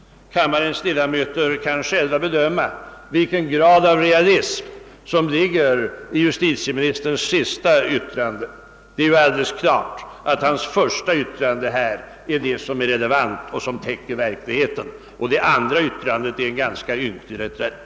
Kammarens 1edamöter kan själva bedöma vilken grad av realism som ligger i justitieministerns senaste yttrande. Det är alldeles klart att hans första uttalande är det som är relevant och täcker verkligheten, medan det andra yttrandet är en ganska ynklig reträtt.